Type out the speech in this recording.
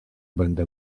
będę